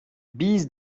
biz